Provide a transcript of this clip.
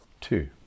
two